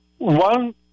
One